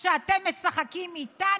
שאתם משחקים איתנו.